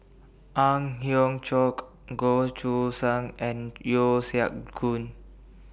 Ang Hiong Chiok Goh Choo San and Yeo Siak Goon